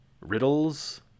riddles